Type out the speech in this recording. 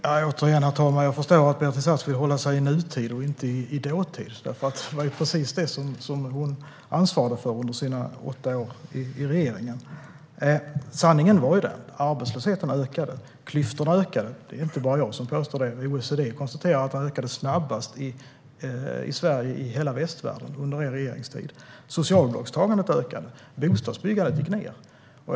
Herr talman! Återigen, herr talman, förstår jag att Beatrice Ask vill hålla sig i nutid och inte i dåtid. Det var ju precis det här hon ansvarade för under sina åtta år i regeringen. Sanningen är ju den att arbetslösheten ökade. Klyftorna ökade. Det är inte bara jag som påstår det - OECD konstaterade att de ökade snabbast i hela västvärlden under er regeringstid. Socialbidragstagandet ökade. Bostadsbyggandet gick ned.